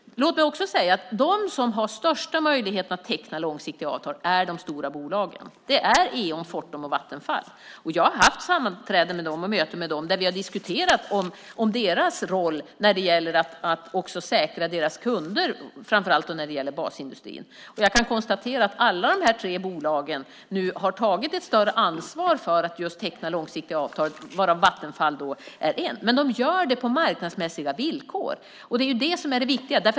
Låt mig också säga att de som har den största möjligheten att teckna långsiktiga avtal är de stora bolagen. Det är Eon, Fortum och Vattenfall. Jag har haft sammanträden och möten med dem, där vi har diskuterat deras roll när det gäller att säkra deras kunder, framför allt vad gäller basindustrin. Jag kan konstatera att alla tre bolagen nu har tagit ett större ansvar för att teckna långsiktiga avtal, och Vattenfall är ett av dem. Men de gör det på marknadsmässiga villkor. Det är det som är det viktiga.